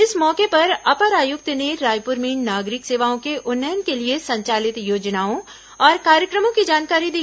इस मौके पर अपर आयुक्त ने रायपुर में नागरिक सेवाओं के उन्नयन के लिए संचालित योजनाओं और कार्यक्रमों की जानकारी दी